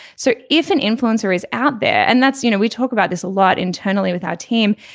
so if an influencer is out there and that's you know we talk about this a lot internally with our team.